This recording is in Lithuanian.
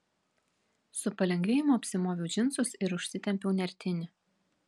su palengvėjimu apsimoviau džinsus ir užsitempiau nertinį